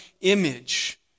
image